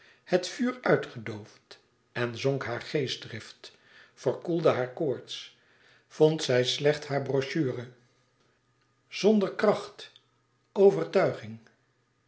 het vuur uitgedoofd en zonk haar geestdrift verkoelde haar koorts vond zij slècht haar brochure zonder kracht overtuiging